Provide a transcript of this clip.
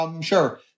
Sure